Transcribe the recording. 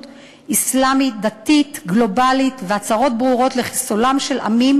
אסלאמית דתית גלובלית והצהרות ברורות לחיסולם של עמים,